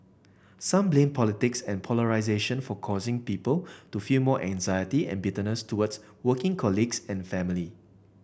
some blame politics and polarisation for causing people to feel more anxiety and bitterness towards working colleagues and family